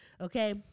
Okay